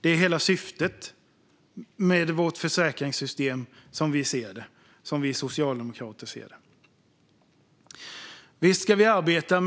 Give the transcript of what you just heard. Det är hela syftet med vårt sjukförsäkringssystem, som vi socialdemokrater ser det. Visst ska vi arbeta